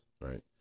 right